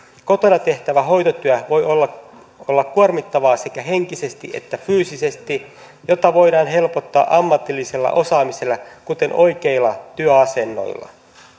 kotona tehtävä hoitotyö voi olla olla kuormittavaa sekä henkisesti että fyysisesti mitä voidaan helpottaa ammatillisella osaamisella kuten oikeilla työasennoilla